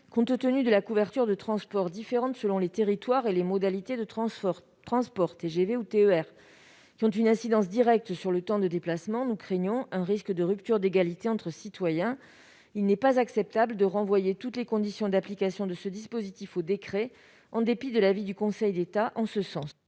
Compte tenu de la couverture de transport différente selon les territoires et les modalités de transport- TGV ou TER -, qui ont une incidence directe sur le temps de déplacement, nous craignons un risque de rupture d'égalité entre citoyens. Il n'est pas acceptable de renvoyer toutes les conditions d'application de ce dispositif à un décret, en dépit de l'avis du Conseil d'État en ce sens.